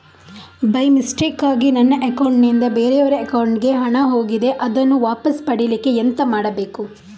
By ಮಿಸ್ಟೇಕಾಗಿ ನನ್ನ account ನಿಂದ ಬೇರೆಯವರ ಅಕೌಂಟ್ ಗೆ ಹಣ ಹೋಗಿದೆ ಅದನ್ನು ವಾಪಸ್ ಪಡಿಲಿಕ್ಕೆ ಎಂತ ಮಾಡಬೇಕು?